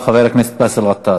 אחריו, חבר הכנסת באסל גטאס.